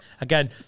Again